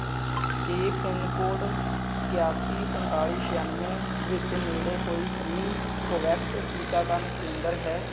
ਕੀ pin code ਇਕਾਸੀ ਸੰਤਾਲੀ ਛਿਆਨਵੇਂ ਵਿੱਚ ਨੇੜੇ ਕੋਈ ਫ੍ਰੀ ਕੋਵੈਕਸ ਟੀਕਾਕਰਨ ਕੇਂਦਰ ਹੈ